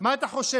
מה אתה חושב,